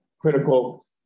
critical